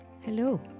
Hello